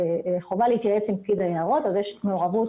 חובה להתייעץ עם פקיד היערות כך שיש את מעורבות,